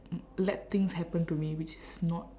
let things happen to me which is not